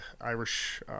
Irish